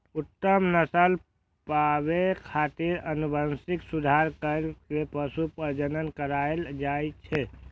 उत्तम नस्ल पाबै खातिर आनुवंशिक सुधार कैर के पशु प्रजनन करायल जाए छै